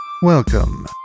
welcome